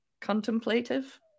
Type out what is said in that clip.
Contemplative